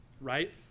right